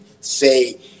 say